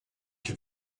que